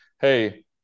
hey